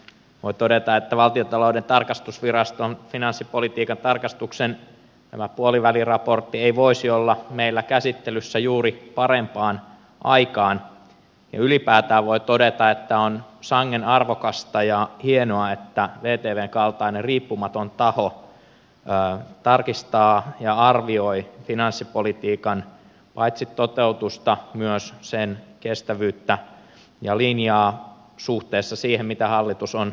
voi todeta että tämä valtiontalouden tarkastusviraston finanssipolitiikan tarkastuksen puoliväliraportti ei voisi olla meillä käsittelyssä juuri parempaan aikaan ja ylipäätään voi todeta että on sangen arvokasta ja hienoa että vtvn kaltainen riippumaton taho tarkistaa ja arvioi paitsi finanssipolitiikan toteutusta myös sen kestävyyttä ja linjaa suhteessa siihen mitä hallitus on itse päättänyt